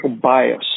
bias